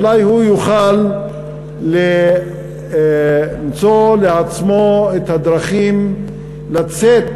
אולי הוא יוכל למצוא לעצמו את הדרכים לצאת